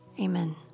Amen